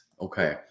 Okay